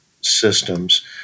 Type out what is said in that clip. systems